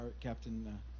Captain